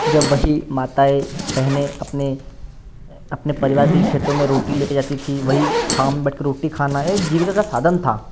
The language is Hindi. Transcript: जब वही माताएँ बहनें अपने अपने परिवार के लिए खेतों में रोटी लेके जाती थीं वहीं छाँव में बैठकर रोटी खाना है जीविका का साधन था